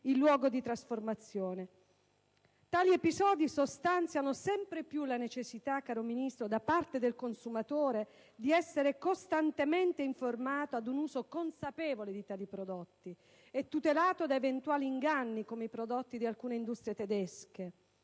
il luogo di trasformazione. Tali episodi evidenziano sempre più la necessità, signor Ministro, da parte del consumatore di essere costantemente informato sull'uso consapevole di tali prodotti e tutelato da eventuali inganni, come i prodotti di alcune industrie tedesche,